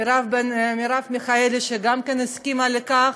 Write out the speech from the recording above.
ולמרב מיכאלי שגם היא הסכימה לכך,